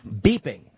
beeping